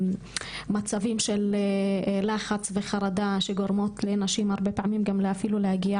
מצבים של לחץ וחרדה שגורמים לנשים הרבה פעמים גם אפילו להגיע